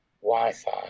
Wi-Fi